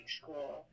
school